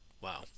wow